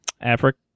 Africa